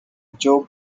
joe